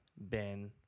Ben